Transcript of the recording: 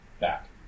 back